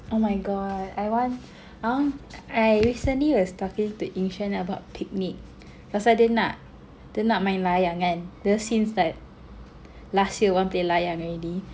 oh my god I want I want I recently was talking to Yin Shen about picnic then suddenly nak dia nak main layang kan because since that last year want play layang already